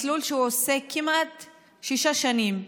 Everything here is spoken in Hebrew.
מסלול שהוא עושה כמעט שש שנים,